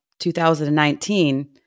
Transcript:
2019